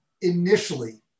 initially